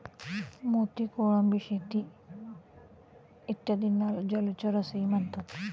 मोती, कोळंबी शेती इत्यादींना जलचर असेही म्हणतात